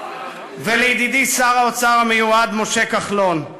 ולידידי שר האוצר המיועד משה כחלון,